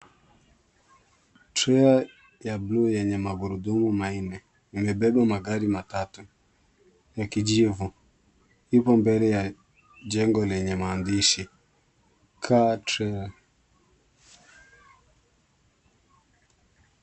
Machwea ya buluu yenye magurudumu manne, imebeba magari matatu ya kijivu. Iko mbele ya jengo lenye maandishi Car trayer.